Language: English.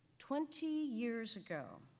twenty years ago,